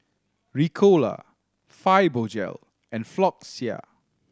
Ricola Fibogel and Floxia